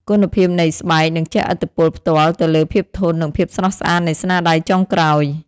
គុណភាពនៃស្បែកនឹងជះឥទ្ធិពលផ្ទាល់ទៅលើភាពធន់និងភាពស្រស់ស្អាតនៃស្នាដៃចុងក្រោយ។